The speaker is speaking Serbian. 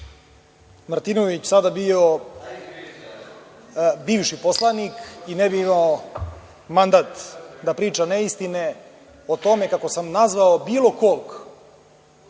Martinović sada bio bivši poslanik i ne bi imao mandat da priča neistine o tome kako sam nazvao bilo kog,